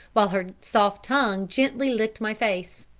while her soft tongue gently licked my face.